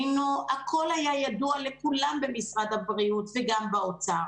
הכול היה ידוע לכולם במשרד הבריאות וגם באוצר.